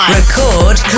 Record